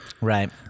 Right